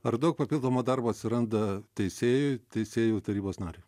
ar daug papildomo darbo atsiranda teisėjui teisėjų tarybos nariui